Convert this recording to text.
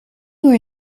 were